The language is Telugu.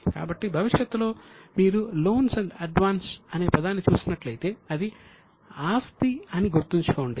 కాబట్టి భవిష్యత్తులో మీరు లోన్స్ అండ్ అడ్వాన్స్ అనే పదాన్ని చూసినట్లయితే అది ఆస్తి అని గుర్తుంచుకోండి